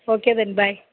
okay then bye